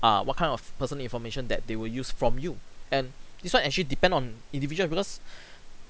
err what kind of personal information that they will use from you and this one actually depend on individual because